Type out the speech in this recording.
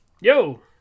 Yo